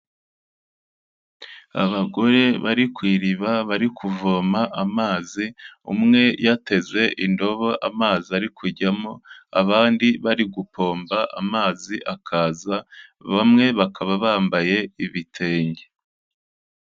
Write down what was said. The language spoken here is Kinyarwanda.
Abagore bari ku iriba bari kuvoma amazi, umwe yateze indobo amazi ari kujyamo, abandi bari gupomba amazi akaza, bamwe bakaba bambaye ibitenge.